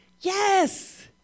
Yes